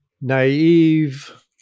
naive